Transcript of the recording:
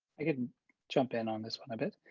i can jump in on this one a bit.